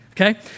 Okay